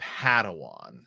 Padawan